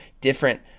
different